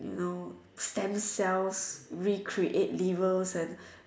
you know stem cells recreate livers and